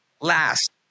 Last